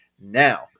Now